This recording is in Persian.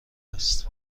است